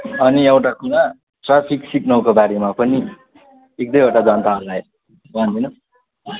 अनि एउटा कुरा ट्राफिक सिग्नलकोबारेमा पनि एक दुइवटा जनताहरूलाई भनिदिनुहोस्